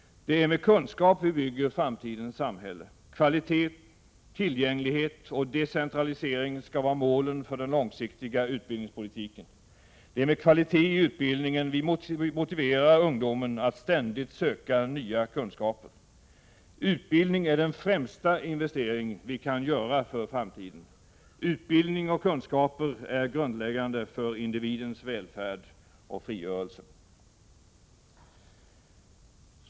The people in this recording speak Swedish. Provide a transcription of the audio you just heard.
Det är med kunskap som framtidens samhälle byggs. Kvalitet, tillgänglighet och decentralisering skall vara målen för den långsiktiga utbildningspolitiken. Det är med kvalitet i utbildningen som ungdomen motiveras att ständigt söka nya kunskaper. Utbildning är den främsta investeringen för framtiden. Utbildning och kunskaper är grundläggande för individens välfärd och frigörelse.